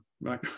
right